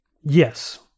Yes